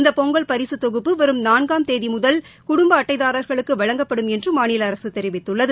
இந்த பொங்கல் பரிசு தொகுப்பு வரும் நான்காம் தேதி முதல் குடும்ப அட்டைதார்களுக்கு வழங்கப்படும் என்று மாநில அரசு தெரிவித்துள்ளது